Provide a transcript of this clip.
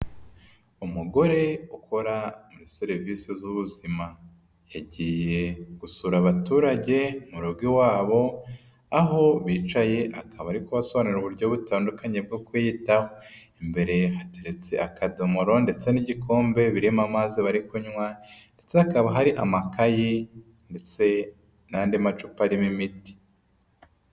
Umugore ukora serivisi z'ubuzima yagiye gusura abaturage mu rugo iwabo aho bicaye akaba ari asobanura uburyo butandukanye bwo kwiyitaho, imbere hateretse akadomoro ndetse n'igikombe birimo amazi bari kunywa ndetse hakaba hari amakayi ndetse n'andi macupa arimo imiti.